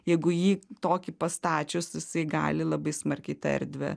jeigu jį tokį pastačius jisai gali labai smarkiai tą erdvę